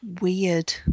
weird